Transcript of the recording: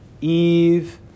Eve